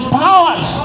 powers